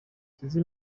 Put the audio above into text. sinzi